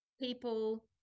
people